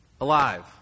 alive